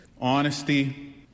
honesty